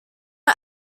are